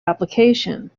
application